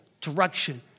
direction